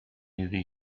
iddi